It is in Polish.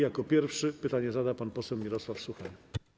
Jako pierwszy pytanie zada pan poseł Mirosław Suchoń.